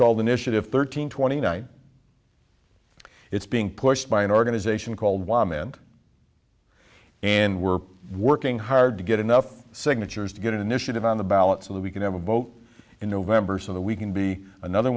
called initiative thirteen twenty nine it's being pushed by an organization called wyoming and and we're working hard to get enough signatures to get an initiative on the ballot so that we can have a vote in november so that we can be another